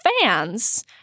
fans